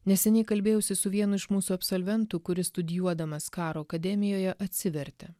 neseniai kalbėjausi su vienu iš mūsų absolventų kuris studijuodamas karo akademijoje atsivertė